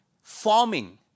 forming